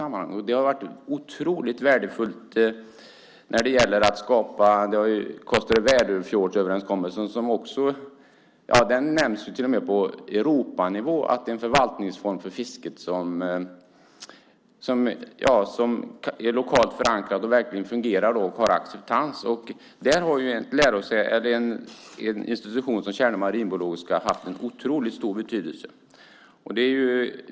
Det har varit otroligt värdefullt för att skapa Koster-Väderö-överenskommelsen. Det nämns till och med på Europanivå att den är en förvaltningsfond för fisket som är lokalt förankrad, som verkligen fungerar och har acceptans. Där har en institution som Tjärnö marinbiologiska laboratorium haft en otroligt stor betydelse.